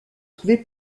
trouvé